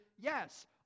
yes